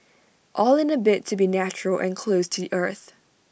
all in A bid to be natural and close to the earth